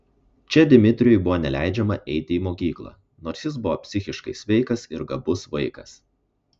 čia dmitrijui buvo neleidžiama eiti į mokyklą nors jis buvo psichiškai sveikas ir gabus vaikas